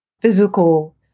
physical